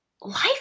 life